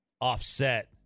offset